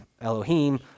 Elohim